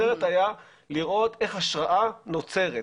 הסרט היה לראות איך השראה נוצרת.